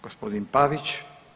Gospodin Pavić.